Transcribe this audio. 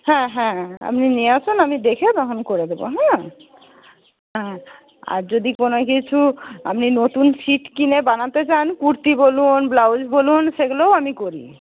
হ্যাঁ হ্যাঁ আপনি নিয়ে আসুন আমি দেখে তখন করে দেব হ্যাঁ হুম আর যদি কোনও কিছু আপনি নতুন ছিট কিনে বানাতে চান কুর্তি বলুন ব্লাউজ বলুন সেগুলোও আমি করি